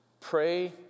pray